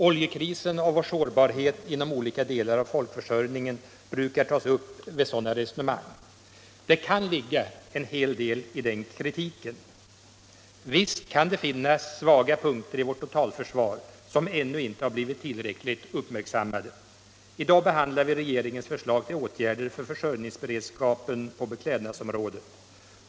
Oljekrisen och vår sårbarhet inom olika delar av folkförsörjningen brukar tas upp vid sådana resonemang. Det kan ligga en hel del sanning i den kritiken. Visst kan det finnas svaga punkter i vårt totalförsvar, som ännu inte har blivit tillräckligt uppmärksammade. I dag behandlar vi regeringens förslag till åtgärder för försörjningsberedskapen på beklädnadsområdet.